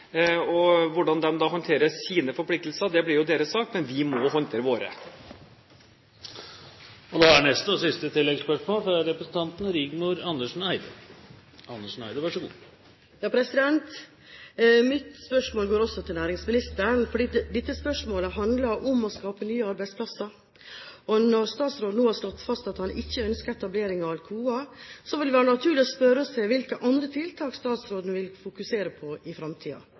Hvordan de da håndterer sine forpliktelser, blir jo deres sak. Men vi må håndtere våre. Rigmor Andersen Eide – til oppfølgingsspørsmål. Mitt spørsmål går også til næringsministeren, for dette spørsmålet handler om å skape nye arbeidsplasser. Når statsråden nå har slått fast at han ikke ønsker etablering av Alcoa, vil det være naturlig å spørre seg hvilke andre tiltak statsråden vil fokusere på i